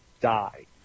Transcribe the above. die